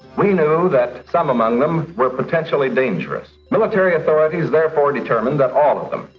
we knew that some among them were potentially dangerous. military authorities, therefore determined that all of them,